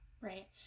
right